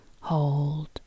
hold